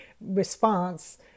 response